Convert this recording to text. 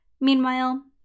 Meanwhile